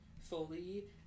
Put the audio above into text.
fully